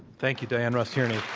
thank you, diann rust tierney.